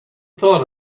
thought